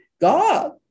God